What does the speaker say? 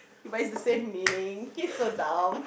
but it's the same meaning he's so dumb